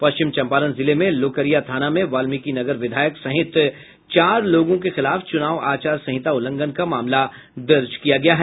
पश्चिम चम्पारण जिले में लोकरिया थाना में वाल्मिकीनगर विधायक सहित चार लोगों के खिलाफ चुनाव आचार संहिता उल्लंघन का मामला दर्ज किया गया है